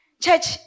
Church